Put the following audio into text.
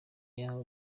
bahawe